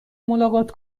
ملاقات